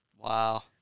Wow